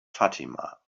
fatima